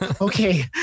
Okay